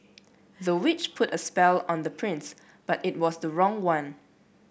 the witch put a spell on the prince but it was the wrong one